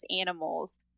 animals